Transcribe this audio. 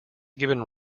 given